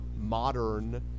modern